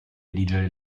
redigere